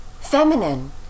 feminine